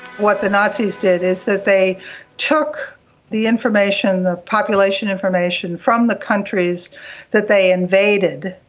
what the nazis did is that they took the information, the population information from the countries that they invaded,